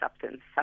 substance